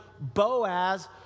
Boaz